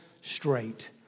straight